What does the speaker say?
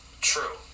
true